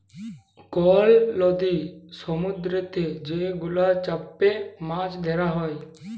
call লদি সমুদ্দুরেতে যে গুলাতে চ্যাপে মাছ ধ্যরা হ্যয়